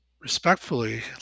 respectfully